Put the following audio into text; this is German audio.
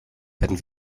hätten